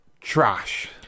trash